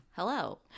Hello